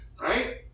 right